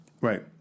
Right